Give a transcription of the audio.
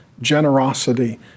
generosity